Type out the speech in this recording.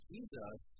Jesus